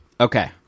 Okay